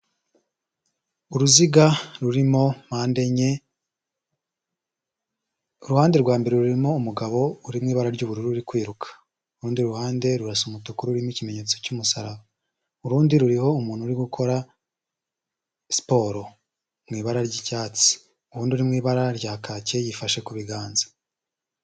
Uruziga rurimo mpande enye, uruhande rurimo umugabo uri mu ibara ry'ubururu urimo kwiruka, urundi ruhande rurasa umutuku rurimo ikimenyetso cy'umusaraba, urundi ruriho umuntu uri gukora siporo mu ibara ry'icyatsi, uwundi uri mu ibara rya kake yifashe ku biganza.